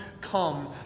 come